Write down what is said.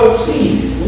please